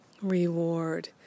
reward